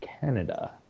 Canada